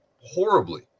horribly